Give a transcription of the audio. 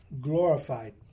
glorified